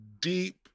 deep